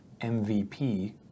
MVP